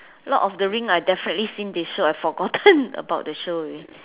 lord of the rings I definitely seen this show I forgotten about the show already